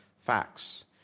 facts